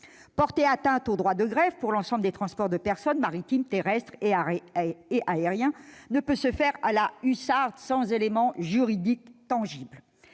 Porter atteinte au droit de grève pour l'ensemble des transports de personnes, maritimes, terrestres et aériens, ne peut se faire à la hussarde, sans éléments juridiques tangibles.